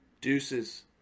Deuces